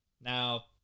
Now